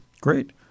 Great